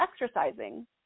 exercising